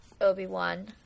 Obi-Wan